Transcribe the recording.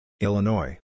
Illinois